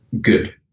good